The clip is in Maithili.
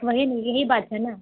तऽ यही बात छै नऽ